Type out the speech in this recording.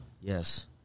Yes